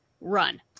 run